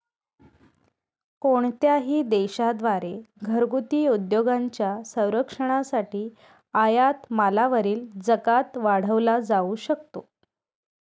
कोणत्याही देशा द्वारे घरगुती उद्योगांच्या संरक्षणासाठी आयात मालावरील जकात वाढवला जाऊ शकतो